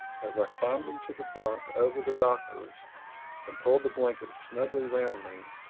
as i climbed into the bunk over the doctor's and pulled the blankets snugly round me,